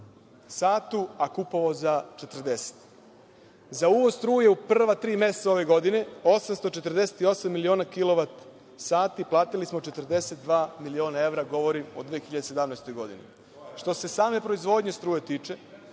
satu, a kupovao za 40.Za uvoz struje u prva tri meseca ove godine 848 miliona kilovat sati platili smo 42 miliona evra, govori podatak u 2017. godini. Što se same proizvodnje struje tiče,